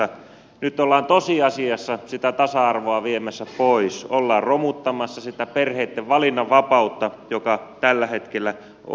nyt ollaan tosiasiassa sitä tasa arvoa viemässä pois ollaan romuttamassa sitä perheitten valinnanvapautta joka tällä hetkellä on